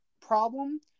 problem